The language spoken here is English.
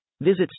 Visit